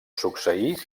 succeir